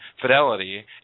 Fidelity